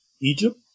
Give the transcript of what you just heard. Egypt